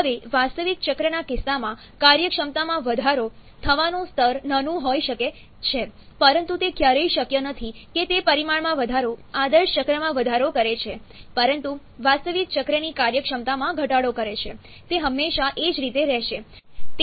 હવે વાસ્તવિક ચક્રના કિસ્સામાં કાર્યક્ષમતામાં વધારો થવાનું સ્તર નાનું હોઈ શકે છે પરંતુ તે ક્યારેય શક્ય નથી કે તે પરિમાણમાં વધારો આદર્શ ચક્રમાં વધારો કરે છે પરંતુ વાસ્તવિક ચક્રની કાર્યક્ષમતામાં ઘટાડો કરે છે તે હંમેશા એ જ રીતે રહેશે